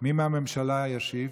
מי מהממשלה ישיב?